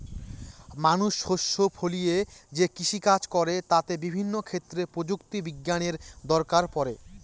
মানুষ শস্য ফলিয়ে যে কৃষিকাজ করে তাতে বিভিন্ন ক্ষেত্রে প্রযুক্তি বিজ্ঞানের দরকার পড়ে